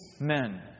men